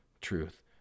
truth